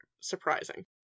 surprising